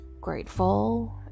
grateful